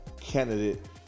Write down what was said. candidate